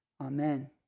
Amen